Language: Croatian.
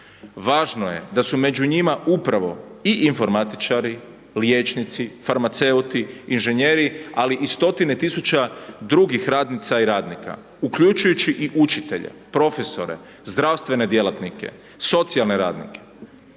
Važno je da su među njima upravo i informatičari, liječnici, farmaceuti, inženjeri ali i 100-tine tisuća drugih radnica i radnika, uključujući i učitelje, profesore, zdravstvene djelatnike, socijalne radnike.